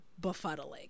befuddling